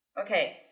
Okay